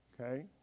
Okay